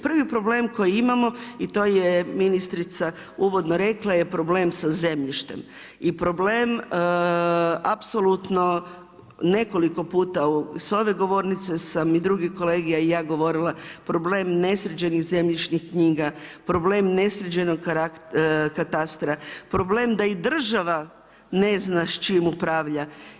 Prvi problem koji imamo i to je ministrica uvodno rekla je problem sa zemljištem i problem apsolutno nekoliko puta sa ove govornice sam i drugi kolege a i ja govorila, problem nesređenih zemljišnih knjiga, problem nesređenog katastra, problem da i država ne zna s čime upravlja.